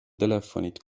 telefonid